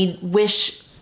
wish